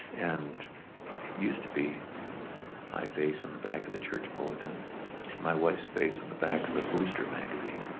and it used to be my face on the back of the church bulletin. it's my wife's face on the back of the booster magazine.